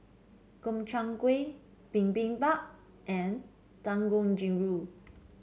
Gobchang Gui Bibimbap and Dangojiru